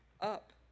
up